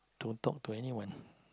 don't talk to anyone